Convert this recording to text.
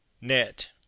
Net